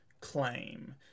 claim